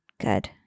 good